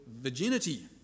virginity